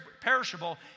perishable